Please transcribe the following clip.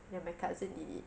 then my cousin did it